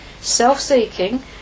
self-seeking